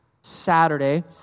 Saturday